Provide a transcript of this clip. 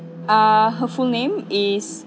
uh her full name is